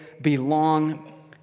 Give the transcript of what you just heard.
belong